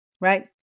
right